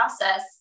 process